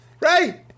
Right